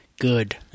Good